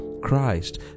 christ